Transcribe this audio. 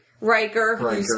Riker